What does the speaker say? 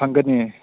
ꯐꯪꯒꯅꯤ